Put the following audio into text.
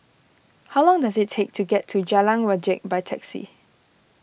how long does it take to get to Jalan Wajek by taxi